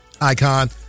icon